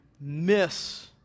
miss